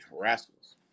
Rascals